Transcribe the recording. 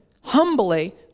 humbly